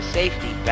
safety